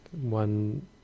one